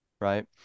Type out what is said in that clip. right